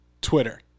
Twitter